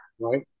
right